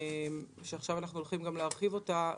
שעכשיו אנחנו הולכים להרחיב אותה,